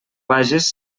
vages